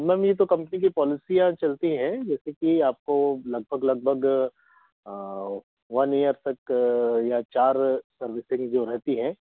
ma'am ये तो company की पॉलिसियाँ हैं चलती हैं जैसे कि आपको लग भग लग भग वन इयर तक या चार सर्विसिंग जो रहती है